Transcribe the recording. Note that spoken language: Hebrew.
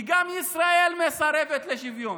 כי גם ישראל מסרבת לשוויון,